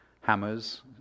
hammers